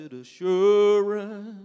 assurance